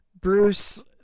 Bruce